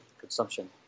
consumption